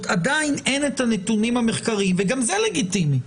עדיין אין את הנתונים המחקריים וגם זה לגיטימי.